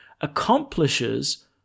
accomplishes